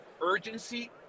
urgency